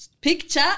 Picture